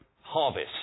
harvest